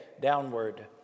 downward